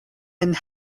and